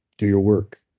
do your work.